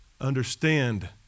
understand